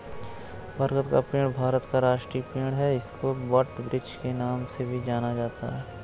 बरगद का पेड़ भारत का राष्ट्रीय पेड़ है इसको वटवृक्ष के नाम से भी जाना जाता है